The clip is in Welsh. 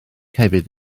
hefyd